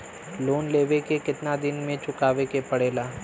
Loan लेवे के कितना दिन मे चुकावे के पड़ेला?